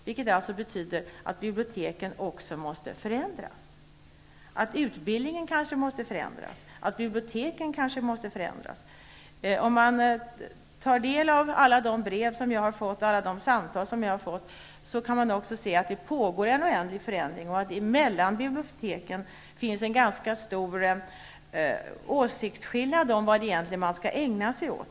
Det betyder att biblioteken också måste förändras. Utbildningen kanske måste förändras. Om man tar del av alla de brev och samtal som jag har fått, kan man också se att det pågår en förändring och att det mellan biblioteken finns en ganska stor åsiktsskillnad om vad man egentligen skall ägna sig åt.